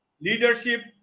leadership